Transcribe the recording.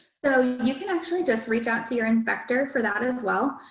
so you can actually just reach out to your inspector for that as well.